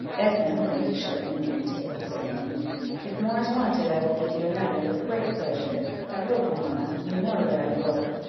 edmund laid a shilling on the table, saying if more is wanted, i will give you another with great pleasure i hope, mamma, you know that i will?